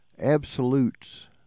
absolutes